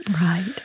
Right